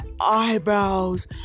eyebrows